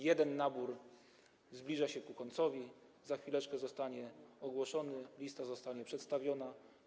Jeden nabór zbliża się ku końcowi, za chwileczkę zostanie ogłoszony, lista zostanie przedstawiona.